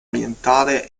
orientale